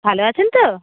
ভালো আছেন তো